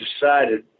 decided